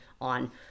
on